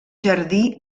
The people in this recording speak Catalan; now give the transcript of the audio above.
jardí